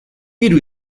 hiru